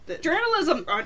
journalism